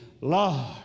law